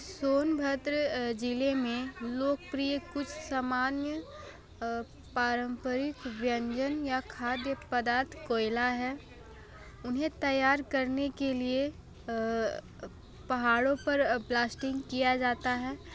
सोनभद्र ज़िले में लोकप्रिय कुछ सामान्य पारंपरिक व्यंजन या खाद्य पदार्थ कोयला है उन्हें तैयार करने के लिए पहाड़ों पर ब्लास्टिंग किया जाता है